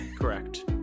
Correct